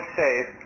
safe